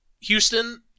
Houston